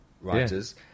writers